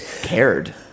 cared